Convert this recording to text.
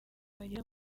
bageze